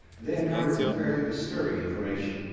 they uncovered some fairly disturbing information.